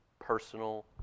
personal